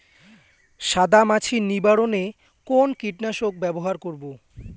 সাদা মাছি নিবারণ এ কোন কীটনাশক ব্যবহার করব?